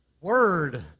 Word